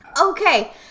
Okay